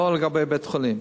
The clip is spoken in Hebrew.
לא לגבי בית-החולים.